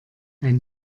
ein